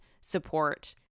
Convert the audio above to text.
support